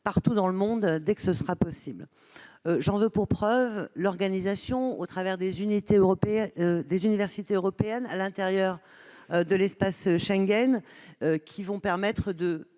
partout dans le monde, dès que possible. J'en veux pour preuve l'organisation des universités européennes à l'intérieur de l'espace Schengen, qui faciliteront le